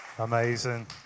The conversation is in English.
Amazing